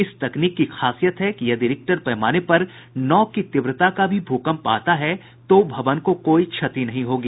इस तकनीक की खासियत है कि यदि रिक्टर पैमाने पर नौ की तीव्रता का भी भूकंप आता है तो भवन को कोई क्षति नहीं होगी